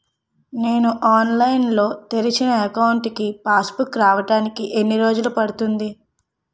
నేను ఆన్లైన్ లో తెరిచిన అకౌంట్ కి పాస్ బుక్ రావడానికి ఎన్ని రోజులు పడుతుంది?